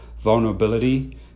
vulnerability